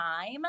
time